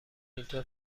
اینطور